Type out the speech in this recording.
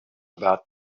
about